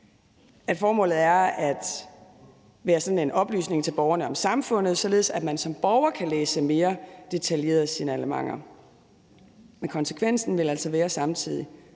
at formålet er, at der skal være sådan en oplysning til borgerne om samfundet, således at man som borger kan læse mere detaljerede signalementer, men konsekvensen vil altså samtidig